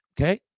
Okay